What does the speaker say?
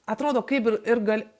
atrodo kaip ir ir gal